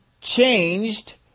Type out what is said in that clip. changed